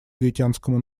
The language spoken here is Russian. гаитянскому